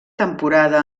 temporada